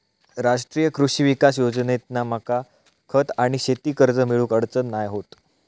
राष्ट्रीय कृषी विकास योजनेतना मका खत आणि शेती कर्ज मिळुक अडचण नाय होत